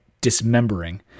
dismembering